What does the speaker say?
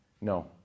No